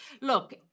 Look